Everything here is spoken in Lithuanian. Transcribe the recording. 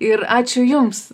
ir ačiū jums